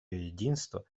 единство